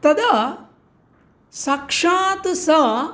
तदा साक्षात् सा